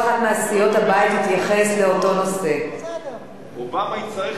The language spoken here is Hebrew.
ההצעה לכלול את הנושא בסדר-היום של הכנסת